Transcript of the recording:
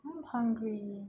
I'm hungry